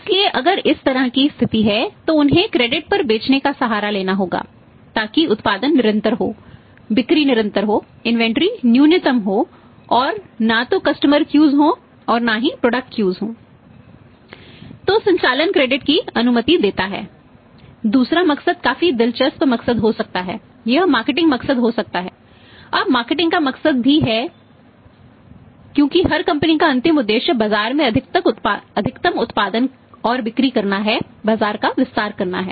इसलिए अगर इस तरह की स्थिति है तो उन्हें क्रेडिट का मकसद भी है क्योंकि हर कंपनी का अंतिम उद्देश्य बाजार में अधिकतम उत्पादन और बिक्री करना है बाजार का विस्तार करना है